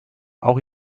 auch